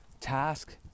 task